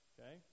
Okay